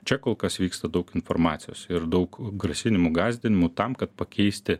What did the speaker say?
čia kol kas vyksta daug informacijos ir daug grasinimų gąsdinimų tam kad pakeisti